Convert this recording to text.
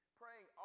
praying